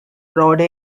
rhode